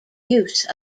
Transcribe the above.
use